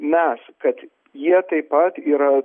mes kad jie taip pat yra